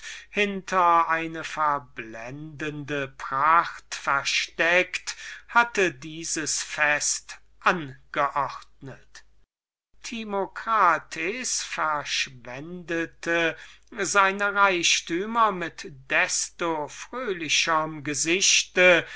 hinter eine verblendende pracht versteckt hatte dieses fest angeordnet timocrat verschwendete seine reichtümer ohne maß mit desto fröhlicherm gesichte